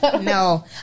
No